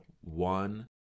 one